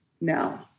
no